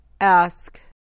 Ask